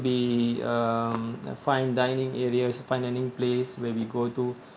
the um the fine dining areas fine dining place where we go to